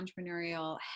entrepreneurial